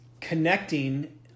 connecting